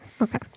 Okay